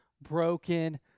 Broken